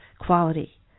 quality